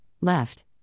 left